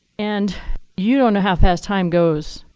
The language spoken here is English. and you don't know how fast time goes.